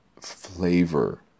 flavor